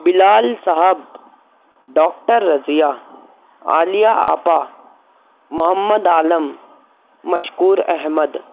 Bilal Sahab doctor Razia Aliya Apa Mohammad Alam Mashkoor Ahmad